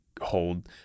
hold